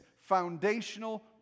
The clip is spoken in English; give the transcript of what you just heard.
foundational